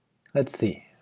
let's see.